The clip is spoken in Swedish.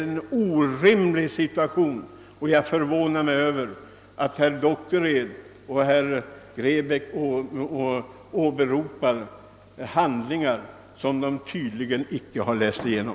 Det är orimligt att en sådan situation kan uppstå, och jag förvånar mig över att herrar Dockered och Grebäck kan åberopa handlingar vilka de tydligen inte läst igenom.